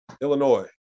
Illinois